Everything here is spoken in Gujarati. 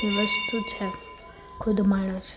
તે વસ્તુ છે ખુદ માણસ